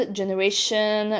generation